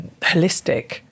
holistic